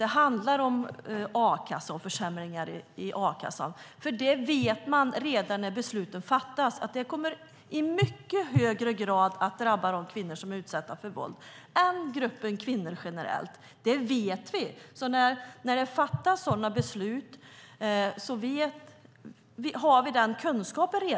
Det handlar om a-kassan och om försämringar i den. Redan när besluten fattas vet man att det i mycket högre grad kommer att drabba de kvinnor som är utsatta för våld än gruppen kvinnor generellt. Det vet vi. När det fattas sådana beslut har vi redan den kunskapen.